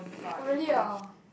oh really ah